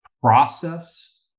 Process